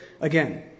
again